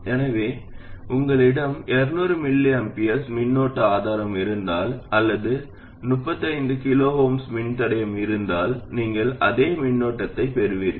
எனவே உங்களிடம் 200 µA மின்னோட்ட ஆதாரம் இருந்தாலும் அல்லது 35 kΩ மின்தடையம் இருந்தாலும் நீங்கள் அதே மின்னோட்டத்தைப் பெறுவீர்கள்